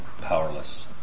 powerless